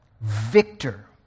Victor